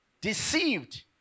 Deceived